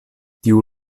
tiu